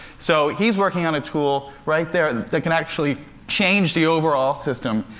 so he's working on a tool right there that can actually change the overall system.